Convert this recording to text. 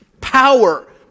Power